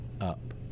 up